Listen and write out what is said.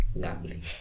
gambling